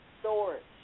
storage